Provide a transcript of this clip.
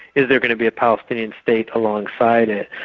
is there going to be a palestinian state alongside it.